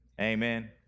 Amen